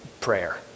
prayer